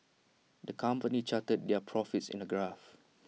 the company charted their profits in A graph